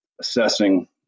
assessing